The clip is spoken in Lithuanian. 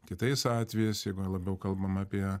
kitais atvejais jeigu labiau kalbam apie